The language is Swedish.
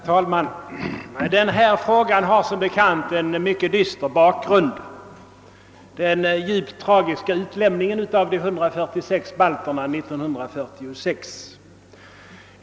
Herr talman! Denna fråga har som bekant en mycket dyster bakgrund, den djupt tragiska utlämningen av de 146 balterna 1946.